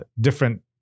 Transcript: different